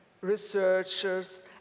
researchers